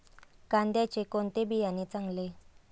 कांद्याचे कोणते बियाणे चांगले?